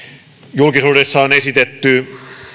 julkisuudessa on esitetty